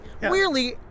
weirdly